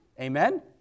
amen